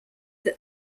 that